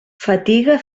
fatiga